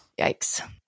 Yikes